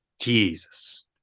Jesus